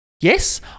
Yes